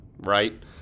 right